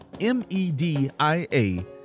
M-E-D-I-A